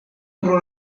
pro